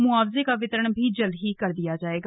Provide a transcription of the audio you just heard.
मुआवज़े का वितरण भी जल्द कर दिया जाएगा